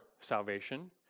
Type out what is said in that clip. salvation